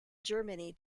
germany